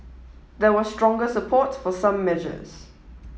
there was stronger support for some measures